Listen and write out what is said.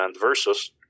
versus